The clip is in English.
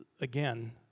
again